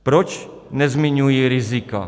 Proč nezmiňují rizika?